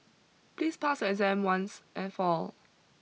please pass your exam once and for all